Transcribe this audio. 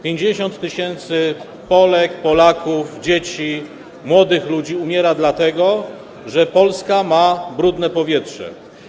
50 tys. Polek, Polaków, dzieci, młodych ludzi umiera, dlatego że w Polsce jest brudne powietrze.